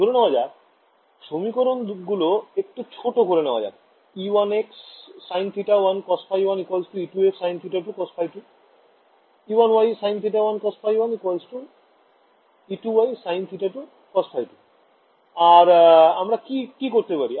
ধরে নেওয়া যাক সমীকরণ গুলো একটু ছোট করে নেওয়া যাক e1x sin θ1 cos ϕ1 e2x sin θ2 cos ϕ2 e1y sin θ1 cos ϕ1 e2y sin θ2 cos ϕ2 আর আমরা কি করতে পারি